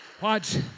Watch